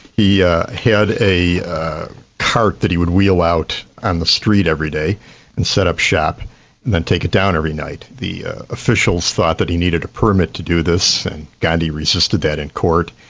he yeah had a cart that he would wheel out on and the street every day and set up shop, and then take it down every night. the officials thought that he needed a permit to do this, and gandhi resisted that in court,